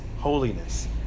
holiness